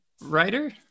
Writer